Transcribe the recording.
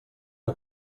que